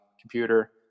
computer